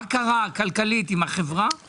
מה קרה כלכלית עם החברה,